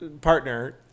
partner